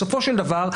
בסופו של דבר,